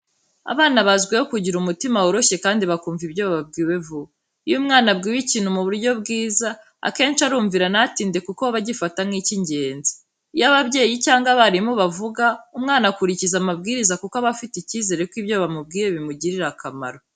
Abana bazwiho kugira umutima woroshye kandi bakumva ibyo babwiwe vuba. Iyo umwana abwiwe ikintu mu buryo bwiza, akenshi arumvira ntatinde kuko aba agifata nk’icy’ingenzi. Iyo ababyeyi cyangwa abarimu bavuga, umwana akurikiza amabwiriza kuko aba afite icyizere ko ibyo bamubwiye bimugirira akamaro.